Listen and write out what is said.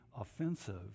offensive